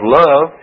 love